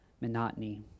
monotony